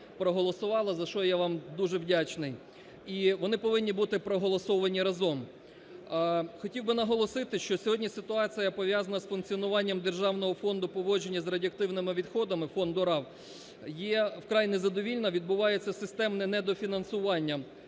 проголосували, за що я вам дуже вдячний і вони повинні бути проголосовані разом. Хотів би наголосити, що сьогодні ситуація пов'язана з функціонування державного фонду поводження з радіоактивними відходами (фонду РАВ) є вкрай незадовільна. Відбувається системне недофінансування